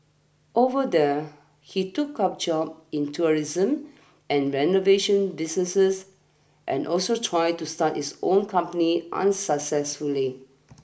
over there he took up jobs in tourism and renovation businesses and also tried to start his own company unsuccessfully